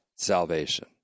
salvation